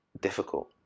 difficult